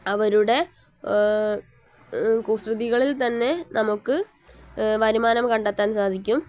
അവരുടെ കുസൃതികളിൽ തന്നെ നമുക്ക് വരുമാനം കണ്ടെത്താൻ സാധിക്കും